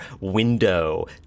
window